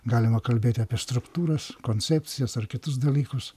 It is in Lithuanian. galima kalbėti apie struktūras koncepcijas ar kitus dalykus